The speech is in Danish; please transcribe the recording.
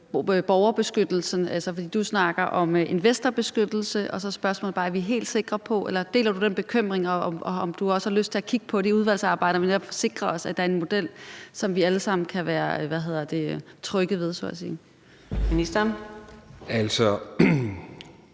du snakker om investorbeskyttelse, og så er spørgsmålet bare: Deler du den bekymring, og har du også lyst til at kigge på det i udvalgsarbejdet, så vi netop sikrer os, at der er en model, som vi alle sammen så at sige kan være trygge ved? Kl.